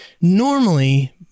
normally